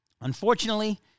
Unfortunately